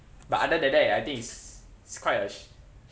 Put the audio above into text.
but other than that I think it's it's quite a